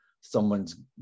someone's